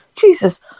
Jesus